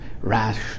rash